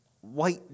white